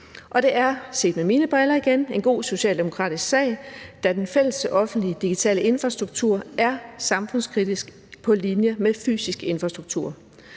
Og det er, igen set med mine briller, en god socialdemokratisk sag, da den fælles offentlige digitale infrastruktur er samfundskritisk på linje med fysisk infrastruktur.